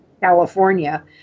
California